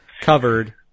covered